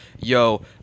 yo